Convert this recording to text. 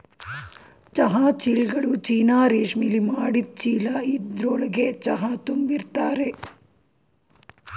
ಚಹಾ ಚೀಲ್ಗಳು ಚೀನಾ ರೇಶ್ಮೆಲಿ ಮಾಡಿದ್ ಚೀಲ ಇದ್ರೊಳ್ಗೆ ಚಹಾ ತುಂಬಿರ್ತರೆ